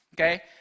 Okay